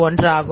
31 ஆகும்